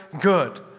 good